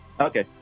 Okay